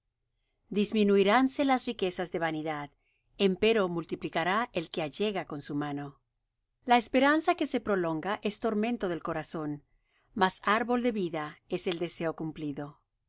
sabiduría disminuiránse las riquezas de vanidad empero multiplicará el que allega con su mano la esperanza que se prolonga es tormento del corazón mas árbol de vida es el deseo cumplido